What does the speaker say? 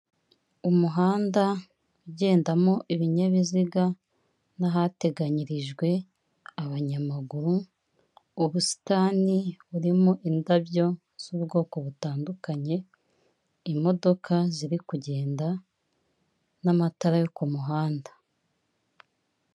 Umuhanda nyabagendwa ukikijwe n'amatara ku mpande zaho, ndetse ku mpande z'umuhanda hari amazu atandukanye ndetse n'ibiti byo mu bwoko butandukanye, hakurya hari imisozi.